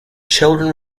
children